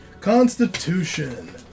Constitution